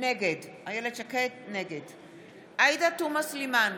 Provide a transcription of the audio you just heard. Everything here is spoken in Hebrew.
נגד עאידה תומא סלימאן,